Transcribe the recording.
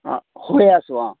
হৈ আছোঁ অঁ